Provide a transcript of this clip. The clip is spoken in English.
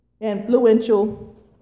influential